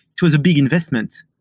it was a big investment.